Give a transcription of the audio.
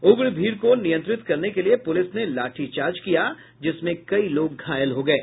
उग्र भीड़ को नियंत्रित करने के लिये पुलिस ने लाठीचार्ज किया जिसमें कई लोग घायल हो गये